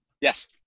Yes